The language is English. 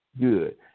good